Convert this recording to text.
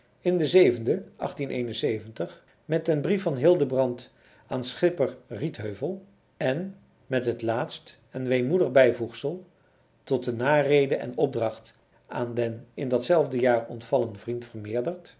in met den brief van hildebrand aan schipper rietheuvel en met het laatst en weemoedig bijvoegsel tot de narede en opdracht aan den in datzelfde jaar ontvallen vriend vermeerderd